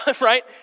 right